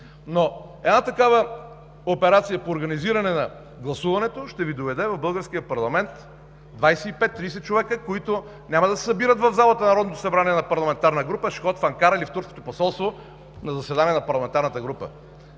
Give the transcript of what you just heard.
Една такава операция по организиране на гласуването ще Ви доведе в българския парламент 25-30 човека, които няма да се събират в залата на Народното събрание на парламентарна група, а ще ходят в Анкара или в турското посолство на заседание на парламентарната група.